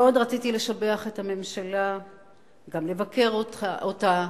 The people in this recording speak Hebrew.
מאוד רציתי לשבח את הממשלה, גם לבקר אותה,